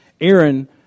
Aaron